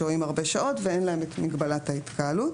שוהים הרבה שעות ואין להם את מגבלת ההתקהלות.